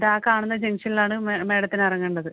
ദാ ആ കാണുന്ന ജംഗ്ഷനിലാണ് മെ മേഡത്തിന് ഇറങ്ങേടത്